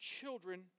children